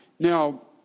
Now